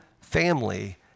family